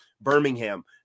Birmingham